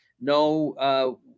no